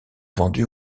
vendus